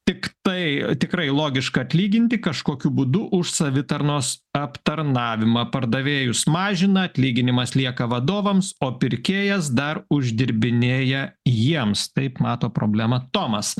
tik tai tikrai logiška atlyginti kažkokiu būdu už savitarnos aptarnavimą pardavėjus mažina atlyginimas lieka vadovams o pirkėjas dar uždirbinėja jiems taip mato problemą tomas